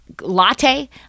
latte